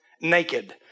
naked